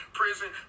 prison